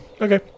Okay